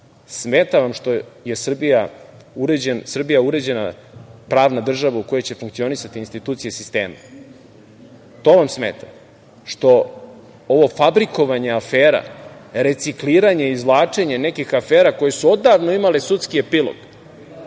Smeta vam što je Srbija uređena pravna država u kojoj će funkcionisati institucije sistema. To vam smeta, što ovo fabrikovanje afera, recikliranje, izvlačenje nekih afera koje su odavno imale sudski epilog.